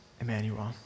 Emmanuel